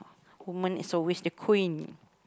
woman is always the queen